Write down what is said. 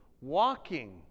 Walking